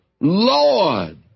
Lord